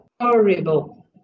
horrible